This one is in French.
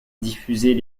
diffusait